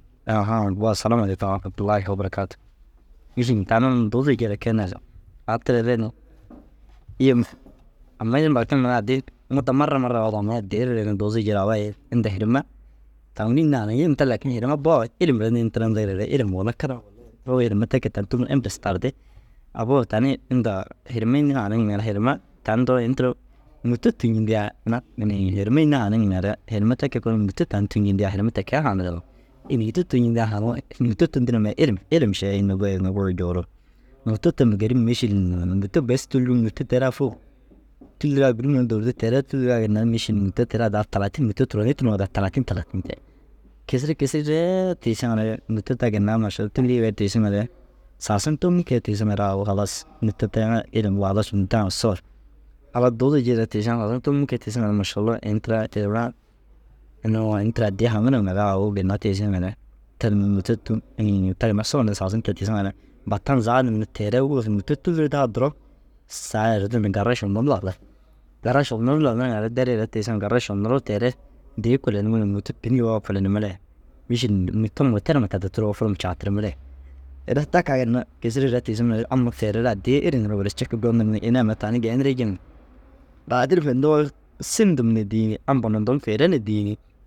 Ahaã wa salamû alleyikum warahmatûllahi wabarakaatûhuu, mîšil tani unnu tuzujire keene ru au tira i ri ni yim mii nime duro cire ginna ru addii ru yim te marra marra wahidu amii addii ri ni duuzujii ru au ai- i inda hirima taŋu ru înni hananiŋ? Yim te lakin hirime bu « au ilimre ini tira » yindigire ilim walla kira u roo hirime te kee tani tômu ru entes tardi. Au buu ru tani inta hirime înni hananiŋ? Yimare hirima tan ntoo ini tira mûto cûncindigaa ina inii hirema înni hananiŋ? Yimare hirime te kee koono mûto cûncindigaa hirime ti kee hananirig nir. Inii mûto cûcindigaa hananiŋoo « mûto tûlti na mire ilim ilim šee » yinii goyi ni guruu juwuruu. Mûto tûlu gêrip mîšil mûto bes tûluŋ mûto te raa hok tûluraa gûrup nir dôodir teere i tûluraa ginna mîšil mûto te raa daa talaatiin mûto turonii daa talaatiin talaatiin tayi. Kisirig kisirii ree tiisiŋare mûto ta ginna mašallah tûluriiree tiisiŋare saasi tômu kee tiisiŋare au halas mûto teŋa ilimuu halas mûtaa ŋa soor. Au duuzujiree tiisiŋare sagasin tômu kee tiisiŋare mašalau ini tira teere raa inuu ini addii haanir ŋa re au ginna tiisiŋare tir ni mûto tûl inii teere mire soor ni saasin kee tiisiŋare. Batan zaadini teere gursa mûto tûlurdaa duro saa yerdir ni garaši nur lanir. Garašuu nur lanir ŋa re deriiree tiisiŋare garašuu nuruu teere dii koloniroore mûto pînii wawoo kolonimire mîšil mûto moter ma taditiroo furum caatirimire. Ina ta kaa ginna kisiriiree tiisiŋare amma teere ru addii êra nira gura cikii gonir ni ini ai mire tani geenirii jiŋa baadin findiŋoo sîri ndum na dîi. Amba ni ntum kuire na dîi ni.